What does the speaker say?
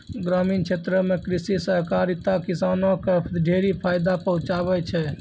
ग्रामीण क्षेत्रो म कृषि सहकारिता किसानो क ढेरी फायदा पहुंचाबै छै